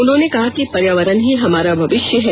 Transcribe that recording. उन्होंने कहा कि पर्यावरण ही हमारा भविष्य है